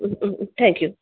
thank U